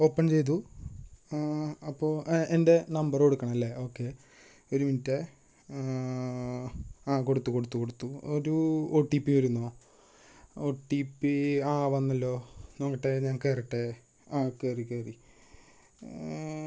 open ചെയ്തു അപ്പോൾ എൻ്റെ നമ്പര് കൊടുക്കണം അല്ലെ ഓക്കെ ഒരു മിന്റ്റേ ആ കൊടുത്തു കൊടുത്തു കൊടുത്തു ഒരു ഒ ടി പി വരുന്നോ ഒ ടി പി ആ വന്നല്ലോ നോക്കട്ടെ ഞാൻ കയറട്ടെ ആ കയറി കയറി